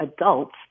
adults